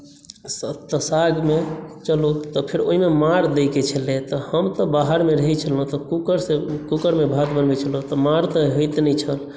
सागमे फेर ओहिमे माँड़ दय के छलै तऽ हम तऽ बाहरमे रहैत छलहुँ तऽ कूकरसँ कूकरमे भात बनबैत छलहुँ तऽ माँड़ तऽ होइत नहि छल